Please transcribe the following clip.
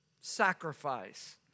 sacrifice